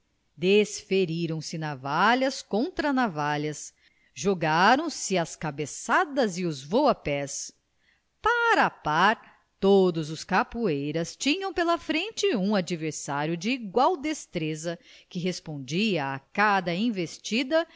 por ninguém desferiram se navalhas contra navalhas jogaram se as cabeçadas e os voa pés par a par todos os capoeiras tinham pela frente um adversário de igual destreza que respondia a cada investida